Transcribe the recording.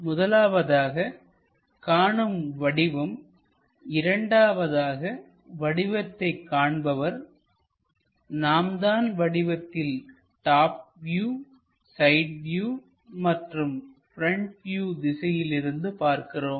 முதலாவதாக காணும் வடிவம்இரண்டாவதாக வடிவத்தை காண்பவர் நாம் தான் வடிவத்தில் டாப் வியூ சைட் வியூ மற்றும் ப்ரெண்ட் வியூ திசையிலிருந்து பார்க்கிறோம்